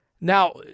Now